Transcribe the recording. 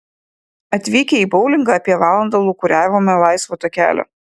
atvykę į boulingą apie valandą lūkuriavome laisvo takelio